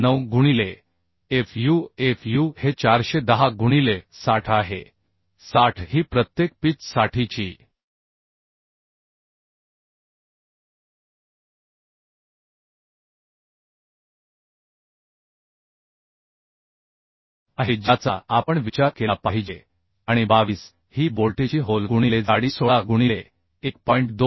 9 गुणिले Fu Fu हे 410 गुणिले 60 आहे 60 ही प्रत्येक पिच साठीची आहे ज्याचा आपण विचार केला पाहिजे आणि 22 ही बोल्टेची होल गुणिले जाडी 16 गुणिले 1